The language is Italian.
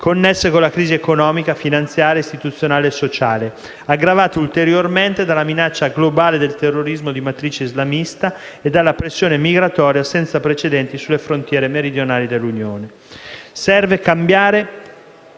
connesse con la crisi economica*,* finanziaria, istituzionale e sociale, aggravata ulteriormente dalla minaccia globale del terrorismo di matrice islamista e da una pressione migratoria senza precedenti sulle frontiere meridionali dell'Unione. Serve cambiare